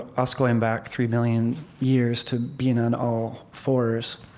us going back three million years to being on all fours,